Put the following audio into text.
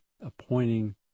appointing